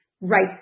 right